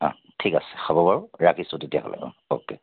অ ঠিক আছে হ'ব বাৰু ৰাখিছোঁ তেতিয়াহ'লে অ অ'কে